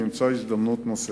נמצא הזדמנות נוספת.